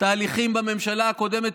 תהליכים בממשלה הקודמת,